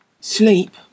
Sleep